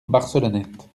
barcelonnette